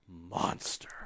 ...monster